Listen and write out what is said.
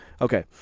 Okay